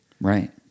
right